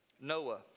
noah